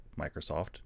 Microsoft